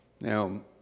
Now